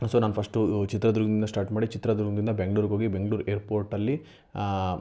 so ನಾನು first ಚಿತ್ರದುರ್ಗದಿಂದ start ಮಾಡಿ ಚಿತ್ರದುರ್ಗದಿಂದ ಬೆಂಗ್ಳೂರ್ಗೆ ಹೋಗಿ ಬೆಂಗ್ಳೂರು ಏರ್ಪೋರ್ಟಲ್ಲಿ